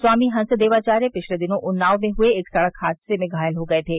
स्वामी हंसदेवाचार्य पिछले दिनों उन्नाव मे हुये एक सड़क हादसे में घायल हो गये थे